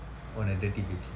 what a dirty bitch